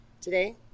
today